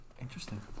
Interesting